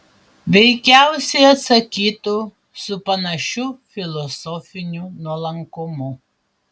veikiausiai atsakytų su panašiu filosofiniu nuolankumu